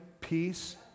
peace